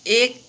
एक